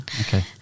okay